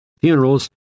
funerals